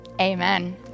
amen